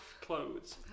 clothes